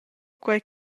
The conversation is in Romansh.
quei